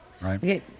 Right